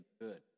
good